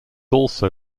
also